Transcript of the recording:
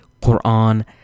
Quran